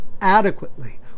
adequately